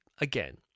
again